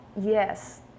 Yes